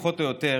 פחות או יותר,